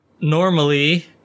normally